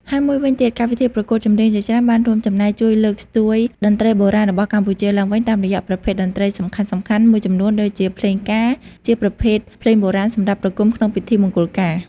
ហើយមួយវិញទៀត កម្មវិធីប្រកួតចម្រៀងជាច្រើនបានរួមចំណែកជួយលើកស្ទួយតន្ត្រីបុរាណរបស់កម្ពុជាឡើងវិញតាមរយៈប្រភេទតន្ត្រីសំខាន់ៗមួយចំនួន ដូចជា ភ្លេងការ ជាប្រភេទភ្លេងបុរាណសម្រាប់ប្រគំក្នុងពិធីមង្គលការ។